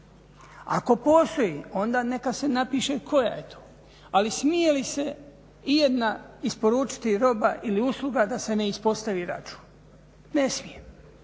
Ako postoji onda neka se napiše koja je to, ali smije li se ijedna isporučiti roba ili usluga da se ne ispostavi račun, ne smije.